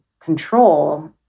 control